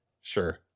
Sure